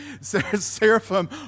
Seraphim